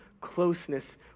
closeness